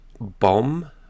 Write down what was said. bomb